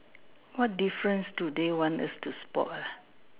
what difference do they want us to spot ah